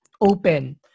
open